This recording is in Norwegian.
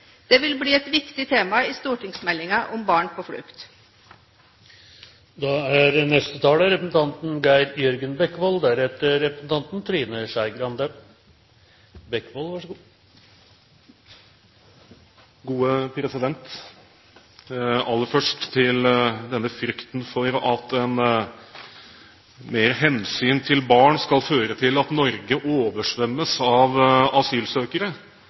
vi vil se grundig på hva som er riktig løsning for disse familiene. Det vil bli et viktig tema i stortingsmeldingen om barn på flukt. Aller først til frykten for at mer hensyn til barna skal føre til at Norge oversvømmes av asylsøkere.